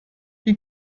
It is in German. wie